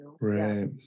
Right